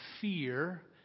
fear